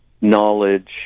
knowledge